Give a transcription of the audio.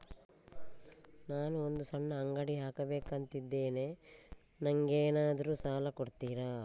ನಾನು ಒಂದು ಸಣ್ಣ ಅಂಗಡಿ ಹಾಕಬೇಕುಂತ ಇದ್ದೇನೆ ನಂಗೇನಾದ್ರು ಸಾಲ ಕೊಡ್ತೀರಾ?